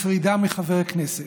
חברות וחברי הכנסת.